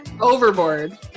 Overboard